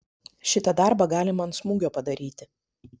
šitą darbą galima ant smūgio padaryti